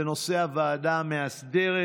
זה נושא הוועדה המאסדרת.